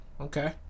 okay